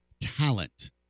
talent